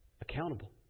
accountable